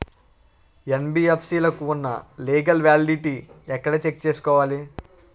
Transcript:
NBFC లకు ఉన్నా legal validity ఎక్కడ చెక్ చేయాలి?